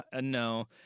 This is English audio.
no